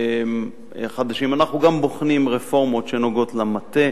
אנחנו גם בוחנים רפורמות שנוגעות למטה